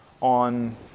on